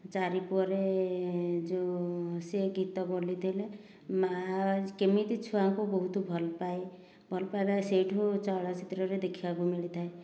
ଚାରି ପୁଅରେ ଯେଉଁ ସେ ଗୀତ ବୋଲୁଥିଲେ ମା' କେମିତି ଛୁଆଙ୍କୁ ବହୁତ ଭଲ ପାଏ ଭଲ ପାଇବା ସେଇଠୁ ଚଳଚିତ୍ରରେ ଦେଖିବାକୁ ମିଳିଥାଏ